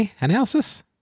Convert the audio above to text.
analysis